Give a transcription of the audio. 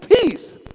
peace